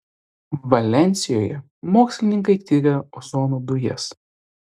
valensijoje mokslininkai tiria ozono dujas